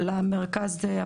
למרכז.